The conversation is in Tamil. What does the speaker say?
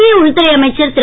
மத்திய உள்துறை அமைச்சர் திரு